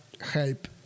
help